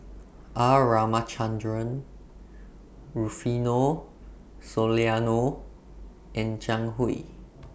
R Ramachandran Rufino Soliano and Zhang Hui